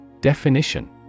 Definition